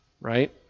right